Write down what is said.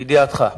לידיעתך,